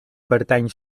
pertany